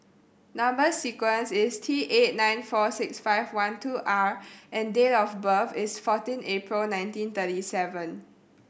number sequence is T eight nine four six five one two R and date of birth is fourteen April nineteen thirty seven